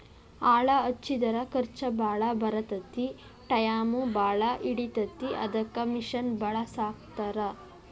ಆಳ ಹಚ್ಚಿದರ ಖರ್ಚ ಬಾಳ ಬರತತಿ ಟಾಯಮು ಬಾಳ ಹಿಡಿತತಿ ಅದಕ್ಕ ಮಿಷನ್ ಬಳಸಾಕತ್ತಾರ